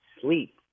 sleep